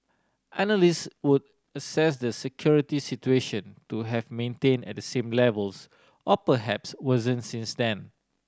analyst would assess the security situation to have maintain at the same levels or perhaps worsen since then